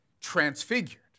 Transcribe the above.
transfigured